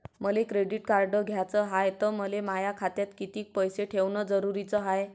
मले credit card घ्याचं हाय, त मले माया खात्यात कितीक पैसे ठेवणं जरुरीच हाय?